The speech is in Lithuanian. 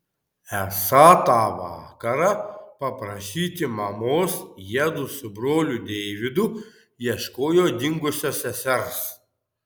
esą tą vakarą paprašyti mamos jiedu su broliu deividu ieškojo dingusios sesers